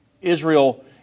Israel